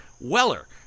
weller